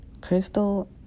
Crystal